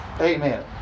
Amen